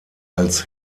als